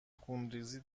خونریزی